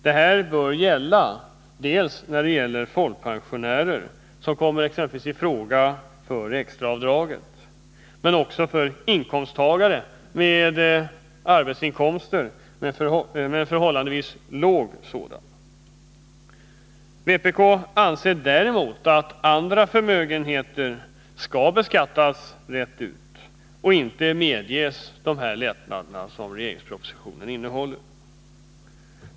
Detta bör gälla dels för folkpensionärer, som kommer i fråga för extra avdrag, dels för inkomsttagare med förhållandevis låg arbetsinkomst. Vpk anser däremot att andra förmögenheter skall beskattas och inte medges de lättnader regeringspropositionen innehåller.